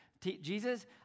Jesus